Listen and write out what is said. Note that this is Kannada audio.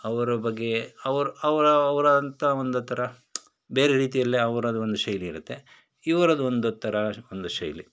ಅವರ ಬಗ್ಗೆ ಅವರ ಅವರ ಅವ್ರ ಅಂತ ಒಂದು ಥರ ಬೇರೆ ರೀತಿಯಲ್ಲಿ ಅವರದ್ದು ಒಂದು ಶೈಲಿ ಇರುತ್ತೆ ಇವ್ರದ್ದು ಒಂದು ಥರ ಒಂದು ಶೈಲಿ